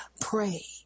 pray